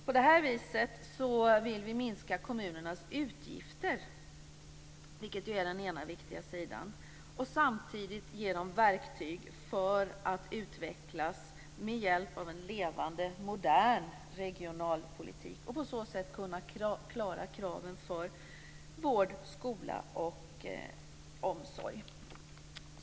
På detta vis vill vi minska kommunernas utgifter, vilket är den ena viktiga sidan, och samtidigt ge dem verktyg för att utvecklas med hjälp av en levande modern regionalpolitik. På så sätt kan de klara kraven vad gäller vård, skola och omsorg.